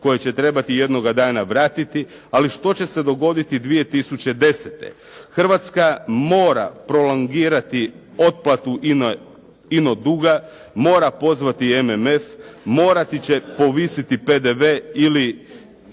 koje će trebati jednoga dana vratiti ali što će se dogoditi 2010. Hrvatska mora prolongirati otplatu ino duga, mora pozvati MMF, morat će povisiti PDV ili